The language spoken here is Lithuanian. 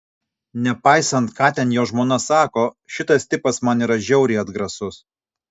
nepaisant ką ten jo žmona sako šitas tipas man yra žiauriai atgrasus